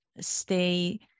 stay